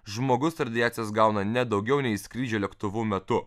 žmogus radiacijos gauna ne daugiau nei skrydžio lėktuvu metu